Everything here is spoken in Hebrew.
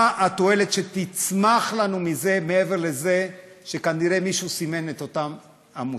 מה התועלת שתצמח לנו מעבר לזה שכנראה מישהו סימן את אותן עמותות.